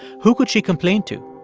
who could she complain to?